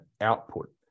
output